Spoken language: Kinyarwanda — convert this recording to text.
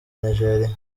nigeria